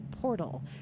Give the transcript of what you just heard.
portal